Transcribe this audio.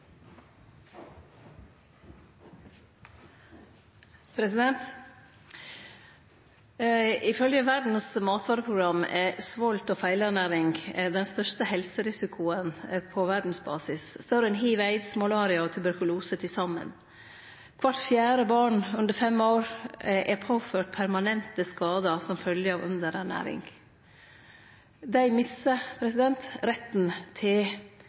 Ifølgje Verdas matvareprogram er svolt og feilernæring den største helserisikoen på verdsbasis – større enn hiv/aids, malaria og tuberkulose til saman. Kvart fjerde barn under fem år er påført permanente skadar som følgje av underernæring. Dei misser retten til